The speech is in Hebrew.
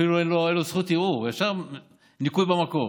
אפילו אין לו זכות ערעור, ישר ניכוי במקור.